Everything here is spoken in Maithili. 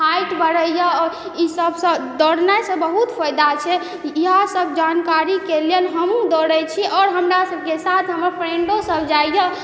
हाइट बढ़य यऽ आओर ई सबसँ दौड़नाइसँ बहुत फायदा होइ छै इएह सब जानकारीके लेल हमहूँ दौड़य छी आओर हमरा सबके साथ हमर फ्रेंडो सब जाइ यऽ